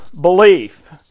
belief